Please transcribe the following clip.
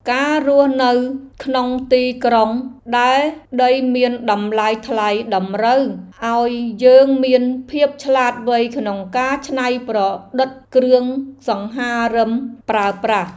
ការរស់នៅក្នុងទីក្រុងដែលដីមានតម្លៃថ្លៃតម្រូវឱ្យយើងមានភាពឆ្លាតវៃក្នុងការច្នៃប្រឌិតគ្រឿងសង្ហារិមប្រើប្រាស់។